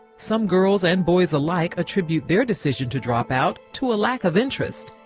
some girls and boys alike attribute their decision to drop out to a lack of interest.